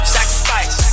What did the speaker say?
Sacrifice